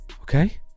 Okay